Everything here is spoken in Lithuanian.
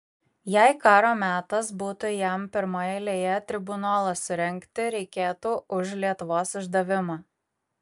jei karo metas būtų jam pirmoje eilėje tribunolą surengti reikėtų už lietuvos išdavimą